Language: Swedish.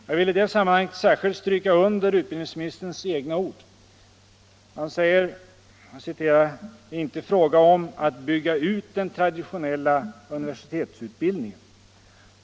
Jag vill i det sammanhanget särskilt stryka under utbildningsministerns egna ord, att det ”inte är fråga om att bygga ut den traditionella universitetsutbildningen”.